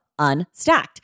Unstacked